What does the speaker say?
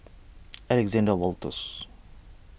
Alexander Wolters